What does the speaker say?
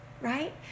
right